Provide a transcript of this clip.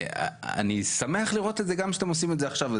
ואני שמח לראות שאתם עושים את זה גם עכשיו.